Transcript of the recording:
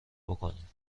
بکنیم